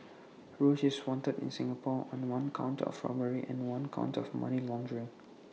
roach is wanted in Singapore on one count of robbery and one count of money laundering